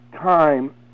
time